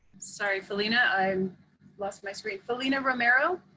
sorry, felina. i lost my screen. felina romero.